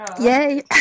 yay